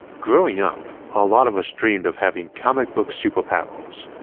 growing up, a lot of us dreamed of having comic book superpowers.